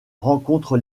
rencontre